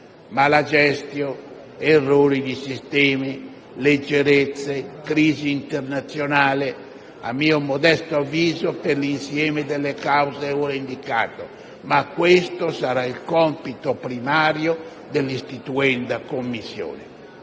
*Mala gestio*, errori di sistema, leggerezze, crisi internazionale: a mio modesto avviso, per l'insieme delle cause ora indicato. Ma questo sarà il compito primario dell'istituenda Commissione.